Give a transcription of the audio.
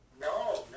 No